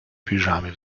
piżamie